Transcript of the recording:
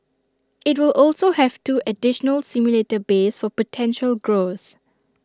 IT will also have two additional simulator bays for potential growth